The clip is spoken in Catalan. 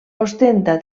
ostenta